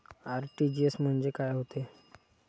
RTGS म्हंजे काय होते?